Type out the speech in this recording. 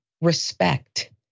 respect